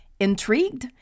Intrigued